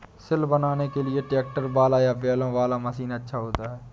सिल बनाने के लिए ट्रैक्टर वाला या बैलों वाला मशीन अच्छा होता है?